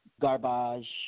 garbage